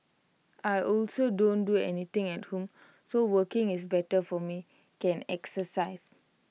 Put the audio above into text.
I also don't do anything at home so working is better for me can exercise